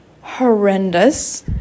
horrendous